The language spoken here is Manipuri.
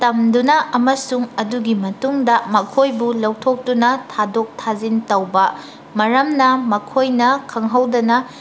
ꯇꯝꯗꯨꯅ ꯑꯃꯁꯨꯡ ꯑꯗꯨꯒꯤ ꯃꯇꯨꯡꯗ ꯃꯈꯣꯏꯕꯨ ꯂꯧꯊꯣꯛꯇꯨꯅ ꯊꯥꯗꯣꯛ ꯊꯥꯖꯤꯟ ꯇꯧꯕ ꯃꯔꯝꯅ ꯃꯈꯣꯏꯅ ꯈꯪꯍꯧꯗꯅ